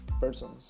persons